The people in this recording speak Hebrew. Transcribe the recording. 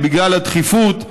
בגלל הדחיפות,